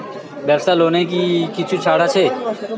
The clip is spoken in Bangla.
ব্যাবসার লোনে কি কিছু ছাড় আছে?